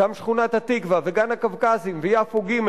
גם שכונת-התקווה וגן-הקווקזים ויפו ג'.